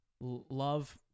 Love